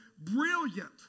brilliant